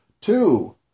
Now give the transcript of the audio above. Two